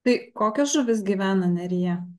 tai kokios žuvys gyvena neryje